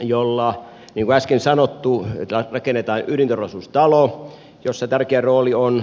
jolla niin kuin äsken sanottu rakennetaan ydinturvallisuustalo jossa tärkeä rooli on